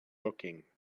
looking